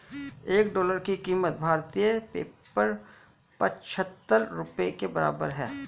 एक डॉलर की कीमत भारतीय पेपर पचहत्तर रुपए के बराबर है